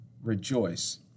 rejoice